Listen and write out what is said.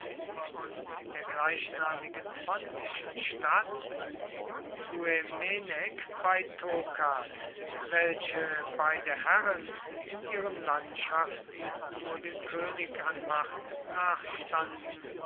und in der gleichnamigen pontischen stadt gümenek bei tokat welche beide herren in ihren landschaften nur dem könig an macht